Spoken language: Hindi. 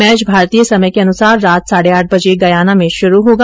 मैच भारतीय समय के अनुसार रात साढ़े आठ बजे गयाना में शुरू होगा